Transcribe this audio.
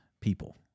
people